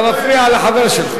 אתה מפריע לחבר שלך.